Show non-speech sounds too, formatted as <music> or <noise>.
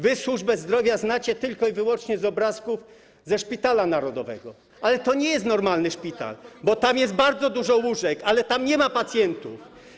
Wy służbę zdrowia znacie tylko i wyłącznie z obrazków ze szpitala narodowego, ale to nie jest normalny szpital, bo tam jest bardzo dużo łóżek, <noise> a nie ma pacjentów.